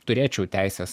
turėčiau teises